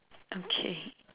okay